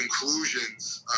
Conclusions